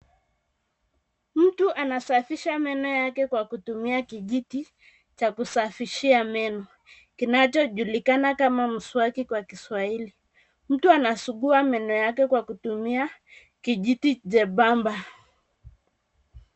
Mtu anasafisha meno yake kwa kutumia kijiti cha kusafishia meno kinachojulikana kama mswaki kwa kiswahili mtu anasugua meno yake kwa kutumia kijiti jembamba.